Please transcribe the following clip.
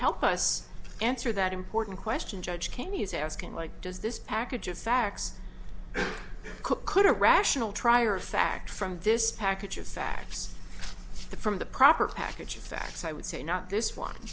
help us answer that important question judge can use asking like does this package of facts cook could a rational trier of fact from this package of facts from the proper package of facts i would say not this one